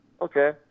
Okay